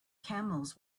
camels